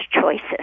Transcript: choices